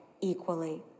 equally